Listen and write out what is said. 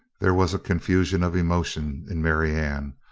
there was a confusion of emotion in marianne.